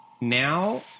now